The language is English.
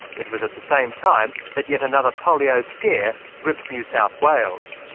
it was at the same time that yet another polio scare gripped new south wales.